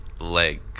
leg